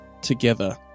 together